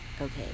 okay